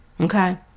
Okay